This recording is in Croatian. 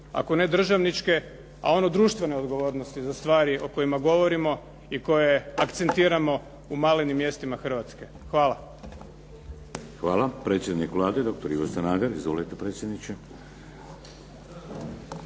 ako ne državničke, a ono društvene odgovornosti za stvari o kojima govorimo i koje akcentiramo u malenim mjestima Hrvatske. Hvala. **Šeks, Vladimir (HDZ)** Hvala. Predsjednik Vlade dr. Ivo Sanader. Izvolite predsjedniče.